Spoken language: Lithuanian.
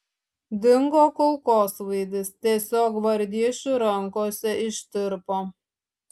dingo kulkosvaidis tiesiog gvardiečių rankose ištirpo